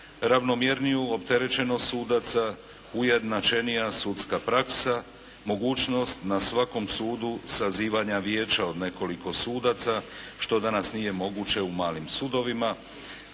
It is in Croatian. ravnomjerniju opterećenost sudaca, ujednačenija sudska praksa, mogućnost na svakom sudu sazivanja vijeća od nekoliko sudaca što danas nije moguće u malim sudovima.